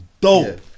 dope